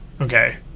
Okay